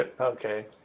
Okay